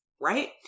right